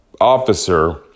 officer